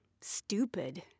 stupid